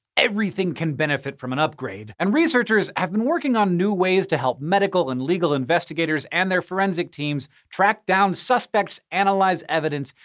everything can benefit from an upgrade. and researchers have been working on new ways to help medical and legal investigators and their forensic teams track down suspects, analyze evidence,